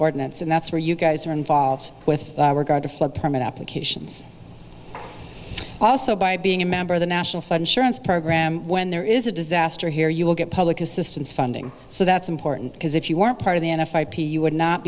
ordinance and that's where you guys are involved with regard to flood permit applications also by being a member of the national flood insurance program when there is a disaster here you will get public assistance funding so that's important because if you weren't part of the n f ip you would not